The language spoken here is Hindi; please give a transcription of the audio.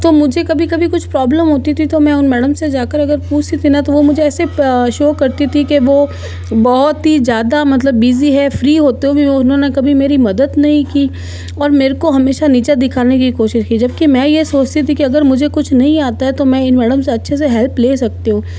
तो मुझे कभी कभी कुछ प्रॉब्लम होती थी तो मैं उन मैडम से जा कर अगर पूछती थी ना तो वो मुझे ऐसे शो करती थी के वो बहुत ही ज़्यादा मतलब बिजी है फ्री होते हुए उन्होंने कभी मेरी मदद नहीं की और मेरे को हमेशा नीचा दिखाने की कोशिश की जबकि मैं ये सोचती थी के अगर मुझे कुछ नहीं अता है तो मैं इन मैडम से अच्छे से हेल्प ले सकती हूँ